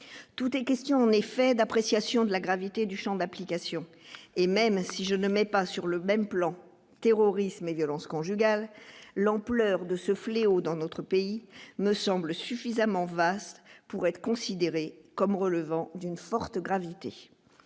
tout est question en effet d'appréciation de la gravité du Champ d'application et même si je ne mets pas sur le même plan Terrorisme et violence conjugale, l'ampleur de ce fléau dans notre pays me semble suffisamment vaste pour être considéré comme relevant d'une forte gravité